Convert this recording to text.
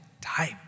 time